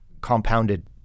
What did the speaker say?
compounded